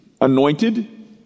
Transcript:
anointed